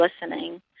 listening